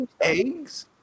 eggs